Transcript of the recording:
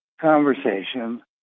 conversation